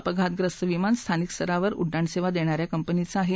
अपघातप्रस्त विमान हे स्थानिक स्तरावर उड्डाणसेवा देणाऱ्या कंपनीचं आहे